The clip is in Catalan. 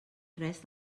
res